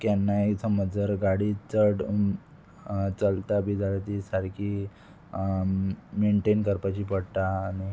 केन्नाय समज जर गाडी चड चलता बी जाल्यार ती सारकी मेनटेन करपाची पडटा आनी